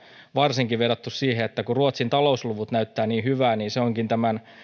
varsinkin kokoomuksesta vedottu siihen että kun ruotsin talousluvut näyttävät niin hyvältä niin se onkin